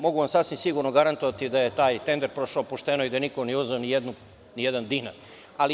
Mogu vam sasvim sigurno garantovati da je taj tender prošao pošteno i da niko nije uzeo ni jedan dinar.